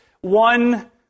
one